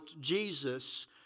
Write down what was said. Jesus